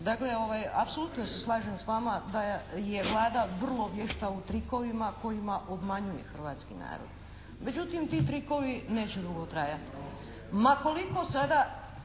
Dakle, apsolutno se slažem s vama da je Vlada vrlo vješta u trikovima kojima obmanjuje hrvatski narod. Međutim, ti trikovi neće dugo trajati.